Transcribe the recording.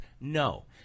No